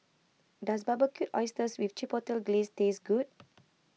does Barbecued Oysters with Chipotle Glaze taste good